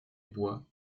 bois